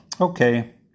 Okay